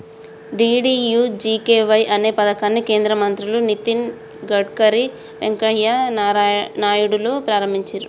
DDUGKY అనే పథకాన్ని కేంద్ర మంత్రులు నితిన్ గడ్కరీ, వెంకయ్య నాయుడులు ప్రారంభించిర్రు